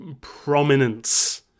prominence